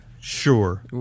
Sure